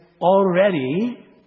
already